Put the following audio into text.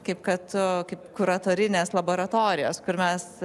kaip kad kaip kuratorinės laboratorijos kur mes